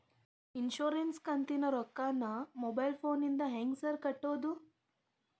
Insurance ಕಂತಿನ ರೊಕ್ಕನಾ mobile ಫೋನಿಂದ ಹೆಂಗ್ ಸಾರ್ ಕಟ್ಟದು?